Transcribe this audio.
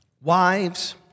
Wives